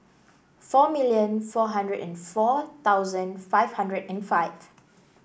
four million four hundred and four thousand five hundred and five